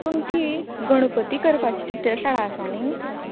तुमची गणपती करपाची चित्र शाळा आसा न्ही